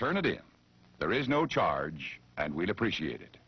turn it in there is no charge and we'd appreciate